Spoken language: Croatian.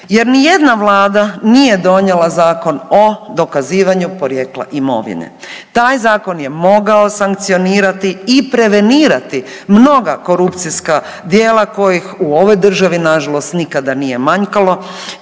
Jer ni jedna vlada nije donijela Zakon o dokazivanju porijekla imovine. Taj zakon je mogao sankcionirati i prevenirati mnoga korupcijska djela kojih u ovoj državi na žalost nikada nije manjkalo